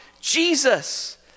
Jesus